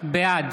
בעד